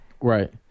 right